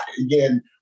again